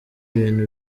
ibintu